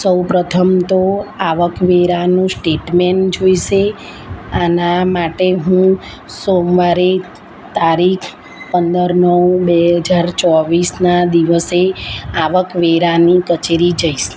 સૌ પ્રથમ તો આવકવેરાનું સ્ટેટમેન્ટ જોઈશે આના માટે હું સોમવારે તારીખ પંદર નવ બે હજાર ચોવીસના દિવસે આવક વેરાની કચેરી જઇશ